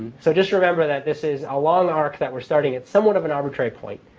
so just remember that this is a long arc that we're starting at somewhat of an arbitrary point.